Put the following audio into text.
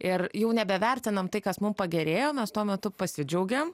ir jau nebevertinam tai kas mum pagerėjo nes tuo metu pasidžiaugėm